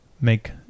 make